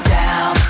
down